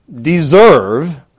deserve